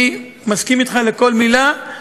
אני מסכים אתך בכל מילה,